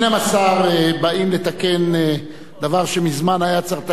12 באים לתקן דבר שמזמן היה צריך לתקן,